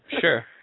sure